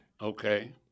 Okay